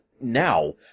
now